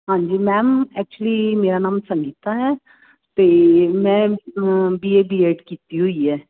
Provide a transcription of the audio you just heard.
ਹਾਂਜੀ ma'am actually ਮੇਰਾ ਨਾਮ ਸੰਗੀਤਾ ਹੈ ਅਤੇ ਮੈਂ ਬੀਏ ਬੀ ਐਡ ਕੀਤੀ ਹੋਈ ਹੈ